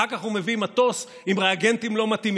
אחר כך הוא מביא מטוס עם ריאגנטים לא מתאימים,